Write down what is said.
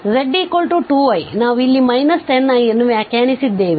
z 2i ನಾವು ಇಲ್ಲಿ 10i ಅನ್ನು ವ್ಯಾಖ್ಯಾನಿಸಿದ್ದೇವೆ